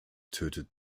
tötet